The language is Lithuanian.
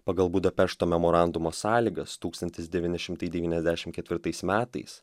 pagal budapešto memorandumo sąlygas tūkstantis devyni šimtai devyniasdešim ketvirtais metais